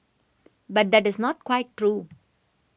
but that is not quite true